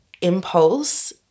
impulse